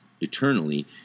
eternally